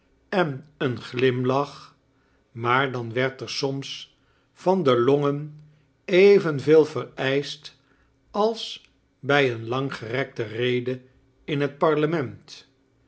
en een glimlach maar dan wend er soms van de longen evenveel vereischt als bij een langgerekte rede in het parlement